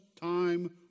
time